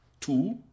Two